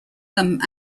them